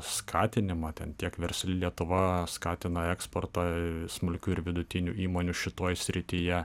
skatinimą ten tiek versli lietuva skatina eksportą smulkių ir vidutinių įmonių šitoj srityje